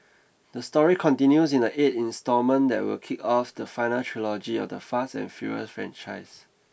the story continues in the eight instalment that will kick off the final trilogy of the fast and furious franchise